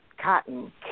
cotton